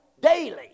daily